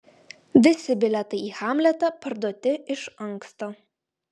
visi bilietai į hamletą parduoti iš anksto